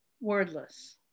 wordless